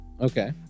okay